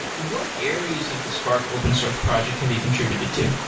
what areas of the spark open source project have you contributed to?